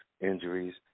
injuries